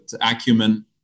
Acumen